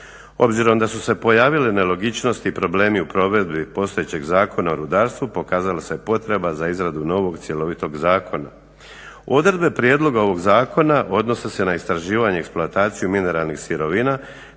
Obzirom da su se pojavile nelogičnosti i problemi u provedbi postojećeg Zakona o rudarstvu pokazala se potreba za izradu novog cjelovitog zakona. Odredbe prijedloga ovog zakona odnose se na istraživanje i eksploataciju mineralnih sirovina